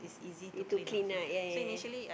to clean ah ya ya ya